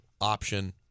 option